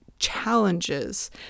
challenges